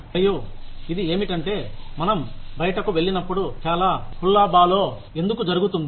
మరియు ఇది ఏమిటంటే మనం బయటకు వెళ్ళినప్పుడు చాలా hullabaloo ఎందుకు జరుగుతుంది